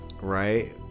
right